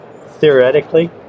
theoretically